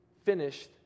Finished